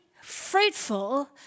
fruitful